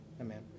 Amen